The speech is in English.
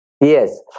Yes